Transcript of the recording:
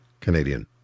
Canadian